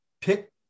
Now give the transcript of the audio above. pick